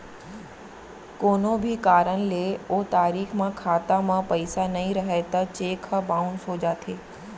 कोनो भी कारन ले ओ तारीख म खाता म पइसा नइ रहय त चेक ह बाउंस हो जाथे